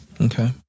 Okay